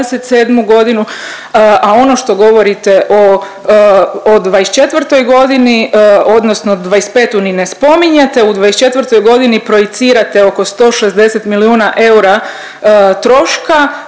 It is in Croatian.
godinu, a ono što govorite o '24. godini odnosno '25. ni ne spominjete u '24. godini projicirate oko 160 milijuna eura troška.